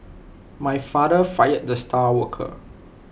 my father fired the star worker